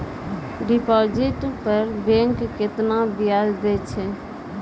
Deposit पर bank केतना ब्याज दै छै?